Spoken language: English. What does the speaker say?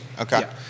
okay